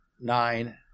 nine